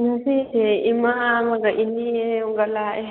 ꯉꯥꯁꯤꯁꯦ ꯏꯃꯥ ꯑꯃꯒ ꯏꯅꯦ ꯑꯃꯒ ꯂꯥꯛꯑꯦ